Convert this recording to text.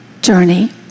journey